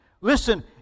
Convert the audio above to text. listen